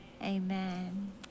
Amen